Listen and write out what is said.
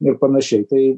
nu ir panašiai tai